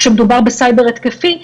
כשמדובר בסייבר התקפי.